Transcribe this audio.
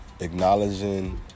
acknowledging